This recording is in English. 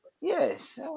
Yes